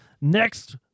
Next